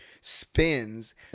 spins